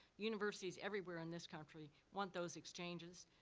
universities everywhere in this country want those exchanges.